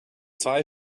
zwei